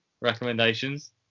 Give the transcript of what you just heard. recommendations